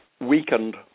weakened